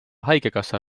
haigekassa